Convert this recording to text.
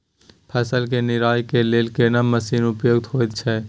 फसल के निराई के लेल केना मसीन उपयुक्त होयत छै?